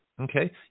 Okay